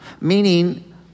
Meaning